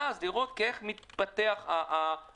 ואז לראות איך מתפתח הכיוון,